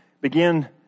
begin